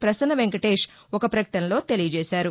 ప్రసన్న వెంకటేష్ ఒక ప్రకటనలో తెలియచేశారు